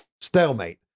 stalemate